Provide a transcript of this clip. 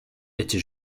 était